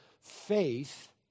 Faith